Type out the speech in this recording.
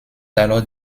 alors